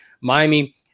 Miami